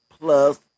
plus